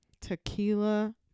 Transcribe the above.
Tequila